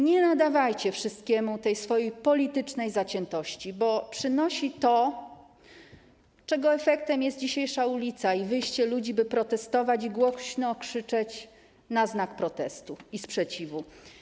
Nie nadawajcie wszystkiemu tej swojej politycznej zaciętości, bo to przynosi to, czego efektem jest dzisiejsza ulica i wyjście ludzi, by protestować i głośno krzyczeć na znak protestu i sprzeciwu.